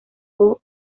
joo